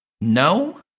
No